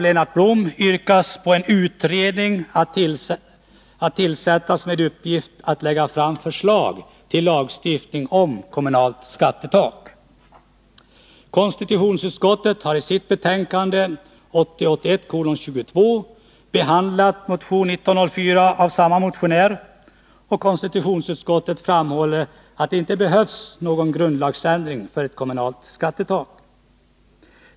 : Konstitutionsutskottet har i sitt betänkande 1980/81:22 behandlat motion 1904 av samma motionär. Utskottet framhåller att det inte behövs någon grundlagsändring för ett kommunalt skattetak.